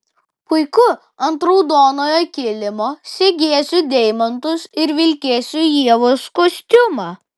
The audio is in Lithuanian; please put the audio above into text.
puiku ant raudonojo kilimo segėsiu deimantus ir vilkėsiu ievos kostiumą